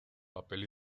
papel